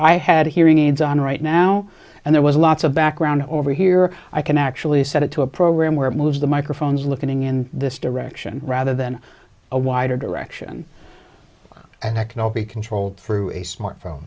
i had hearing aids on right now and there was lots of background over here i can actually set it to a program where it moves the microphones looking in this direction rather than a wider direction i reckon i'll be controlled through a smart